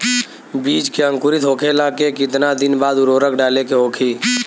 बिज के अंकुरित होखेला के कितना दिन बाद उर्वरक डाले के होखि?